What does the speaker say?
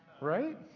Right